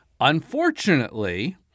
Unfortunately